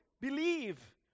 Believe